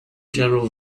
general